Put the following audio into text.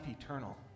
eternal